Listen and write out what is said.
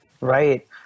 Right